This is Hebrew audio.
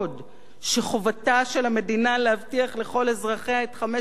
שחובתה של המדינה להבטיח לכל אזרחיה את חמשת המ"מים: